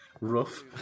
rough